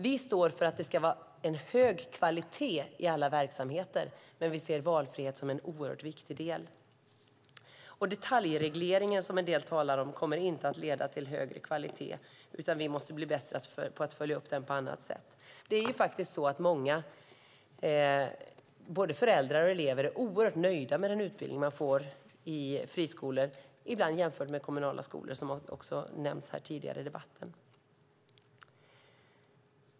Vi står för att det ska vara en hög kvalitet i alla verksamheter. Men ser vi valfrihet som en oerhört viktig del. Detaljregleringen som en del talar om kommer inte att leda till högre kvalitet, utan vi måste bli bättre på att följa upp den på annat sätt. Många föräldrar och elever är oerhört nöjda med den utbildning eleverna får i friskolor, ibland jämfört med kommunala skolor, som också nämnts här tidigare i debatten.